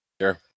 Sure